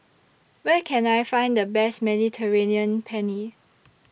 Where Can I Find The Best Mediterranean Penne